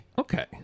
Okay